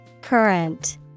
Current